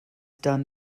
done